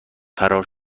فرار